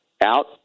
out